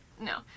No